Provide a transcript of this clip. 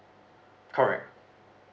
correct